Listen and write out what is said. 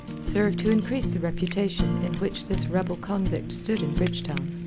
served to increase the reputation in which this rebel-convict stood in bridgetown.